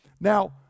Now